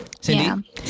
cindy